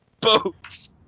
Boats